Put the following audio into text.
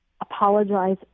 apologize